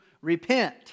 repent